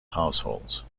households